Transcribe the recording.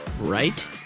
right